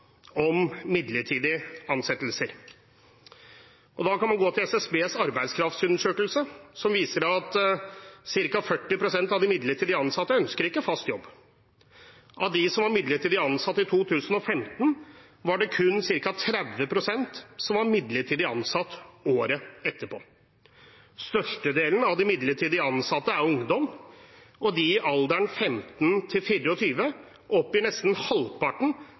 om midlertidige ansettelser. Da kan man gå til SSBs arbeidskraftundersøkelse, som viser at ca. 40 pst. av de midlertidig ansatte ikke ønsker fast jobb. Av dem som var midlertidig ansatt i 2015, var det kun ca. 30 pst. som var midlertidig ansatt året etter. Størstedelen av de midlertidig ansatte er ungdom, og av dem i alderen 15–24 år oppgir nesten halvparten